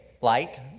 light